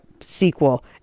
sequel